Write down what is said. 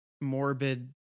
morbid